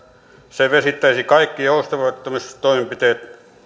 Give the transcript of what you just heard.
se vesittäisi kaikki joustavoittamistoimenpiteet